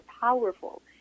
powerful